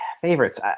favorites